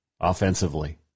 offensively